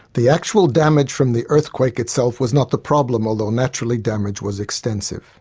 the actual damage from the earthquake itself was not the problem, although naturally damage was extensive.